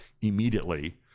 immediately